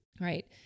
Right